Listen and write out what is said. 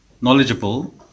knowledgeable